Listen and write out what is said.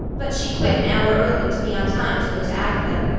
but she quit an hour early to be on time to go to agatha.